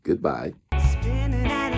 Goodbye